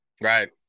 Right